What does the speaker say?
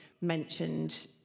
mentioned